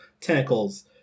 tentacles